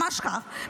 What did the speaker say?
ממש כך,